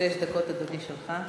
שש דקות, אדוני, שלך.